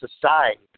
society